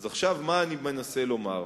אז עכשיו, מה אני מנסה לומר?